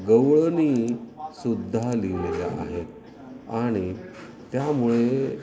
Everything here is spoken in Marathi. गवळणी सुद्धा लिहिलेल्या आहेत आणि त्यामुळे